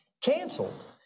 canceled